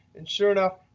and sure enough,